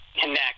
connect